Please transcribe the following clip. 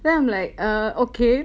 then I'm like err okay